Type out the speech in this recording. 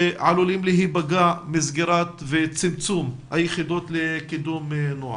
שעלולים להיפגע מסגירת וצמצום היחידות לקידום נוער.